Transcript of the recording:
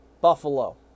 Buffalo